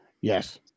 Yes